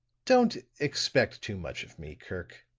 don't expect too much of me, kirk.